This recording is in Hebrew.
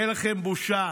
אין לכם בושה.